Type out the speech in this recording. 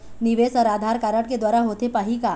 निवेश हर आधार कारड के द्वारा होथे पाही का?